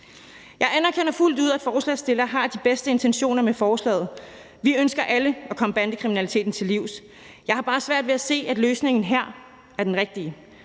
Jeg anerkender fuldt ud, at forslagsstillerne har de bedste intentioner med forslaget. Vi ønsker alle at komme bandekriminaliteten til livs. Jeg har bare svært ved se, at forslaget her er den rigtige